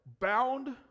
bound